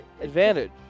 Advantage